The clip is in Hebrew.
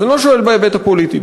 אז אני לא שואל בהיבט הפוליטי.